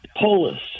Polis